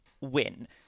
win